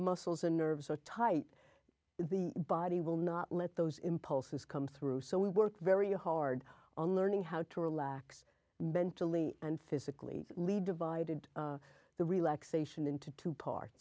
muscles and nerves are tight the body will not let those impulses come through so we worked very hard on learning how to relax mentally and physically lay divided the relaxation into two